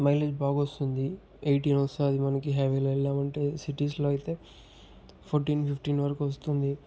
mileage బాగా వస్తుంది eighteen వస్తుంది మనకి హైవే లో ఎళ్ళామంటే సిటీస్ లో అయితే ఫోర్టీన్ ఫిఫ్టీన్ వరకు వస్తుంది